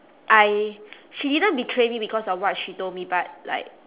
I she didn't betray me because of what she told me but like